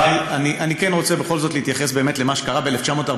אבל אני כן רוצה בכל זאת להתייחס באמת למה שקרה ב-1947,